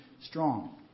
strong